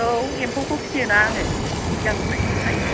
औ एम्फौखौ फिसियोना आङो सिगांनिफ्राय फिसिखायो